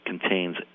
contains